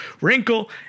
wrinkle